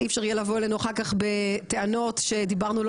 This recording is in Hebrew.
אי אפשר יהיה לבוא אלינו אחר כך בטענות שדיברנו לא